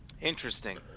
Interesting